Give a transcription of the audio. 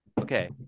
Okay